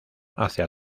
hacia